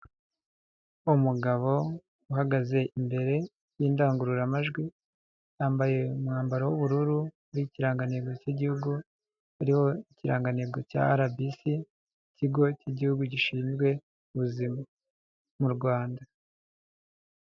Umugabo uhagaze imbere y'indangururamajwi yambaye umwambaro w'ubururu uriho ikirangantego k'igihugu uriho ikirangantego cya RBC ikigo k'igihugu gishinzwe ubuzima mu Rwanda.